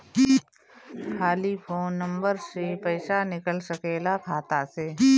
खाली phone number से पईसा निकल सकेला खाता से?